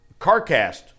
CarCast